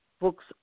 books